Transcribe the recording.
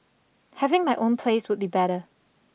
having my own place would be better